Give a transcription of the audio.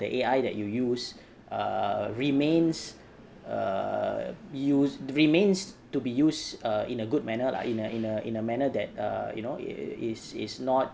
the A_I that you use err remains err use~ remains to be used in a good manner lah in a in a in a manner that err you know is is not